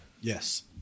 yes